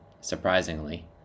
surprisingly